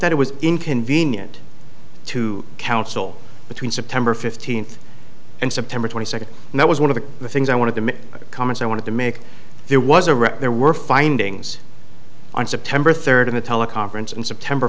that it was inconvenient to counsel between september fifteenth and september twenty second and that was one of the things i wanted to make comments i wanted to make there was a wreck there were findings on september third in the teleconference in september